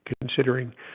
considering